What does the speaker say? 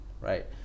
right